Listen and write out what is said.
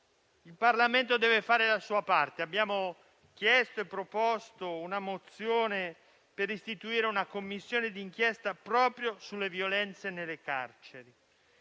Il Parlamento deve fare la sua parte. Abbiamo chiesto e proposto l'istituzione di una Commissione d'inchiesta proprio sulle violenze nelle carceri,